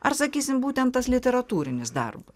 ar sakysim būtent tas literatūrinis darbas